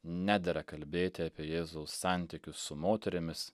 nedera kalbėti apie jėzaus santykius su moterimis